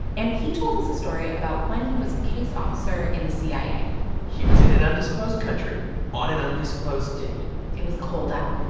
and he told us a story about when he was a case officer in the cia he was in an undisclosed country on an undisclosed date it was cold out.